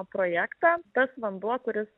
projektą tas vanduo kuris